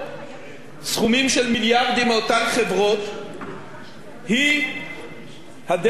מאותן חברות היא הדרך שמוצעת כעת לכנסת,